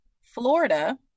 Florida